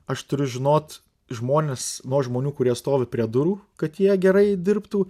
aš turiu žinot žmones nuo žmonių kurie stovi prie durų kad jie gerai dirbtų